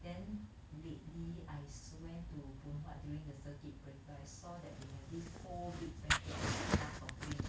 then lately I went to Phoon Huat during the circuit breaker I saw that they have this whole big packet of pizza topping